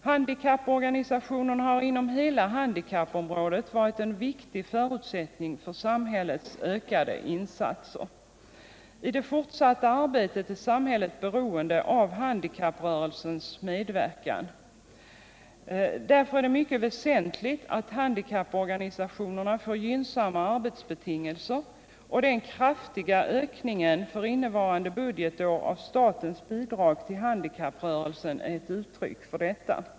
Handikapporganisationerna har inom hela handikappområdet varit en viktig förutsättning för samhällets ökade insatser. I det fortsatta arbetet är samhället beroende av handikapprörelsens medverkan. Därför är det mycket väsentligt att handikapporganisationerna får gynnsamma arbetsbetingelser, och den kraftiga ökningen för innevarande budgetår av statens bidrag till handikapprörelsen är ett uttryck för detta.